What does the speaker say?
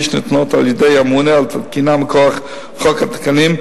שניתנות על-ידי הממונה על התקינה מכוח חוק התקנים,